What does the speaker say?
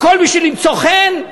הכול בשביל למצוא חן?